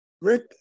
Rick